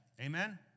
Amen